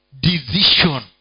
decision